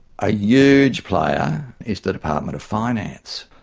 a huge player is the department of finance.